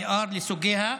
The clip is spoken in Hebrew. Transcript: IR לסוגיה,